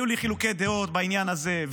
היו לי חילוקי דעות בעניין הזה,